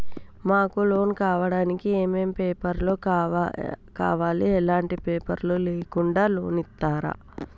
మాకు లోన్ కావడానికి ఏమేం పేపర్లు కావాలి ఎలాంటి పేపర్లు లేకుండా లోన్ ఇస్తరా?